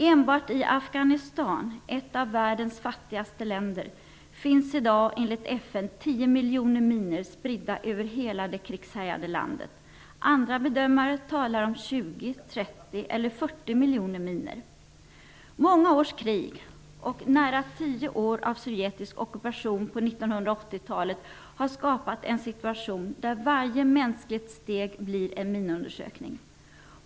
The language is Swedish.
Enbart i Afghanistan, ett av världens fattigaste länder, finns det i dag enligt FN 10 miljoner minor spridda över hela det krigshärjade landet. Andra bedömare talar om 20, 30 eller 40 miljoner minor. Många års krig och nära nog tio år av sovjetisk ockupation på 1980-talet har skapat en situation där varje mänskligt steg blir en minundersökning.